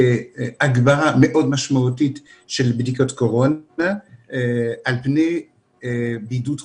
בהגברה מאוד משמעותית של בדיקות קורונה על פני בידוד חובה.